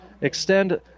extend